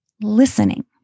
listening